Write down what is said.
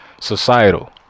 societal